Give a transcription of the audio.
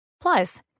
Plus